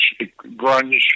grunge